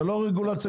זה משפיע על המחיר